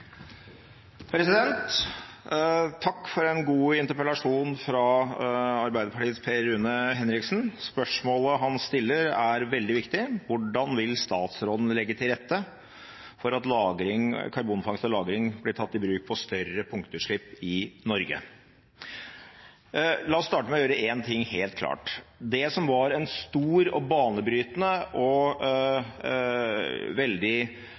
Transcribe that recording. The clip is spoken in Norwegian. veldig viktig: Hvordan vil statsråden legge til rette for at karbonfangst og -lagring blir tatt i bruk på større punktutslipp i Norge? La oss starte med å gjøre en ting helt klart: Det som var en stor og banebrytende og veldig